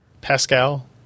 Pascal